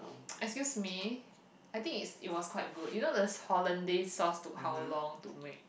excuse me I think I think it was quite good you know those Holland days sauce took how long to make